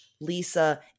Lisa